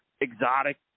exotic